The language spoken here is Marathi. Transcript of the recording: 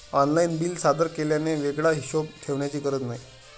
ऑनलाइन बिल सादर केल्याने वेगळा हिशोब ठेवण्याची गरज नाही